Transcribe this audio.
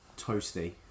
toasty